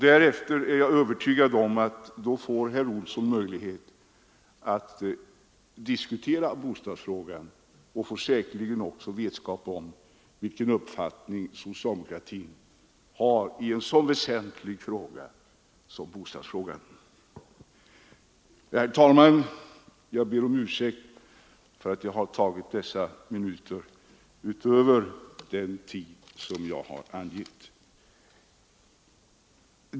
Därefter är jag övertygad om att herr Olsson får möjlighet att diskutera bostadsfrågan och säkerligen också får vetskap om vilken uppfattning socialdemokratin har i ett så väsentligt spörsmål som bostadsfrågan. Herr talman! Jag ber om ursäkt för att jag har tagit dessa minuter i anspråk utöver den tid jag angett på talarlistan.